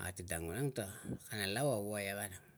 ate dang vanang ta kana lau a waia vanang